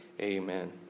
Amen